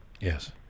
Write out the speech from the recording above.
Yes